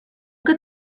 que